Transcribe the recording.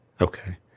Okay